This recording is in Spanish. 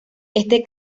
este